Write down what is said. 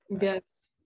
Yes